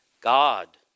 God